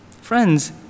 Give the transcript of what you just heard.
Friends